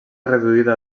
reduïda